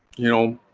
you know,